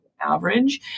average